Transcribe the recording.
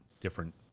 different